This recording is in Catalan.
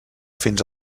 fins